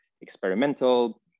experimental